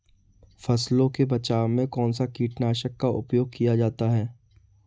फसलों के बचाव में कौनसा कीटनाशक का उपयोग किया जाता है?